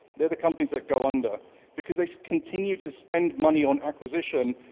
they're the companies that go under because they continue to spend money on acquisition.